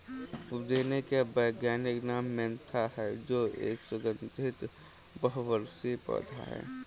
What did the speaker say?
पुदीने का वैज्ञानिक नाम मेंथा है जो एक सुगन्धित बहुवर्षीय पौधा है